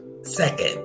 Second